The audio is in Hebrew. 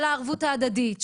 של הערבות ההדדית,